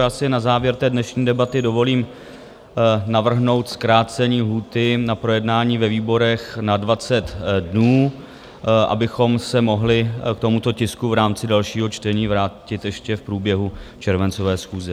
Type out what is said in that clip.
Já si na závěr dnešní debaty dovolím navrhnout zkrácení lhůty na projednání ve výborech na 20 dnů, abychom se mohli k tomuto tisku v rámci dalšího čtení vrátit ještě v průběhu červencové schůze.